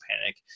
panic